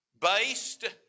based